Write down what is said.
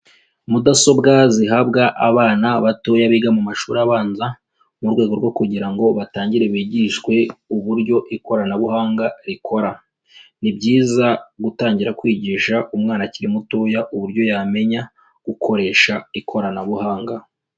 Mudasobwa zihabwa abana batoya biga mu mashuri abanza mu rwego rwo kugira ngo batangire bigishwe uburyo ikoranabuhanga rikora. Ni byiza gutangira kwigisha umwana akiri mutoya uburyo yamenya gukoresha ikoranabuhanga.